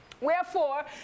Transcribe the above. Wherefore